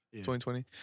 2020